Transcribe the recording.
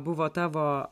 buvo tavo